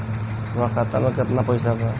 हमरा खाता में केतना पइसा बा?